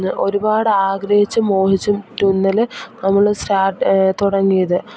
ഒരുപാട് ആഗ്രഹിച്ചും മോഹിച്ചും തുന്നൽ നമ്മൾ സ്റ്റാർട്ട് തുടങ്ങിയത്